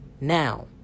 Now